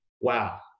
wow